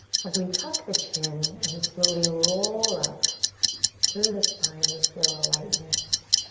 as we tuck the chin and slowly roll up through the spine we feel a lightness.